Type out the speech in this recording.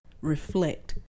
reflect